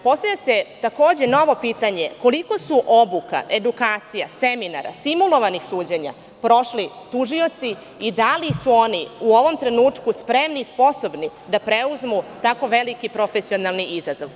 Postavlja se, takođe, novo pitanje – koliko su obuka, edukacija, seminara, simulovanih suđenja prošli tužioci i da li su oni u ovom trenutku spremni i sposobni da preuzmu tako veliki profesionalni izazov.